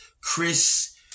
Chris